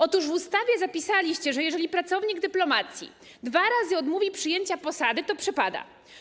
Otóż w ustawie zapisaliście, że jeżeli pracownik dyplomacji dwa razy odmówi przyjęcia posady, to przepada.